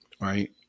right